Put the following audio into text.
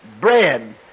bread